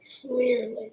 clearly